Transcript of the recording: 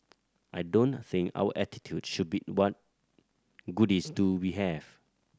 I don't think our attitude should be what goodies do we have